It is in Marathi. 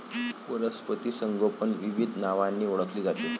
वनस्पती संगोपन विविध नावांनी ओळखले जाते